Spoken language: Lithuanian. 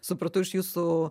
supratau iš jūsų